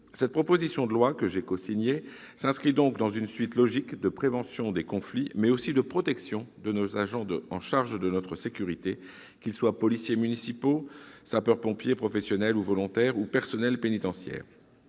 Cette proposition de loi, que j'ai cosignée, s'inscrit donc dans une suite logique de prévention des conflits, mais aussi de protection des agents en charge de notre sécurité, qu'ils soient policiers municipaux, sapeurs-pompiers professionnels ou volontaires, ou personnels pénitentiaires.